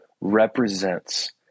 represents